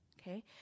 okay